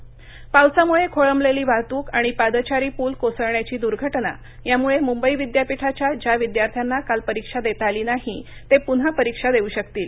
मुंबई विचापीठ पावसामुळे खोळंबलेली वाहतूक आणि पादचारी पूल कोसळण्याची दुर्घटना यामुळे सुंबई विद्यापीठाच्या ज्या विद्यार्थ्यांना काल परीक्षा देता आली नाही ते पुन्हा परीक्षा देऊ शकतील